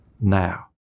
now